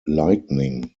lightning